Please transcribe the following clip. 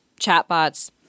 chatbots